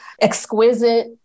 exquisite